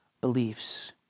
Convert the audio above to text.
beliefs